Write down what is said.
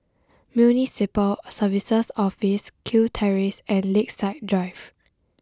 Municipal Services Office Kew Terrace and Lakeside Drive